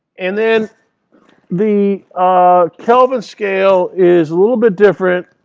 and then the kelvin scale is a little bit different.